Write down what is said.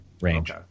range